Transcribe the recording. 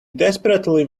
desperately